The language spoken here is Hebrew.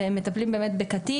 והם מטפלים באמת בקטין,